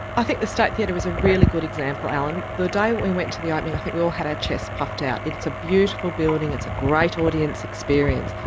i think the state theatre is a really good example, alan. the day that we went to the opening i think we all had our chests puffed out it's a beautiful building it's a great audience experience.